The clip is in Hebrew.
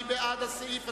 מי בעד הסעיף התקציבי?